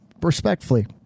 respectfully